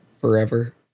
forever